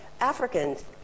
Africans